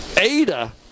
Ada